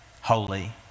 holy